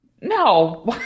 No